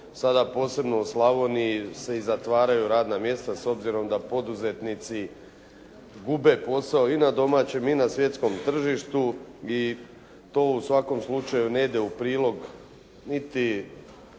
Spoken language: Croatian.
sada posebno u Slavoniji se i zatvaraju radna mjesta s obzirom da poduzetnici gube posao i na domaćem i na svjetskom tržištu i to u svakom slučaju ne ide u prilog niti